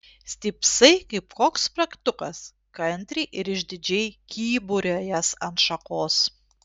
stypsai kaip koks spragtukas kantriai ir išdidžiai kyburiuojąs ant šakos